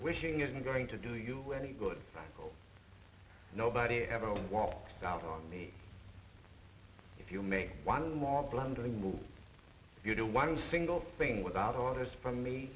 wishing isn't going to do you any good nobody ever walks out on me if you make one more blundering will you do one single thing without orders from me